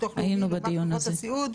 היינו בדיון הזה.